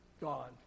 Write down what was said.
gone